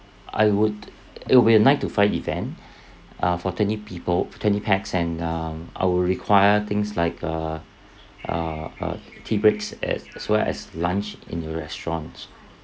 I would it'll be a nine to five event uh for twenty people twenty pax and um I'll require things like uh uh uh tea breaks as as well as lunch in your restaurants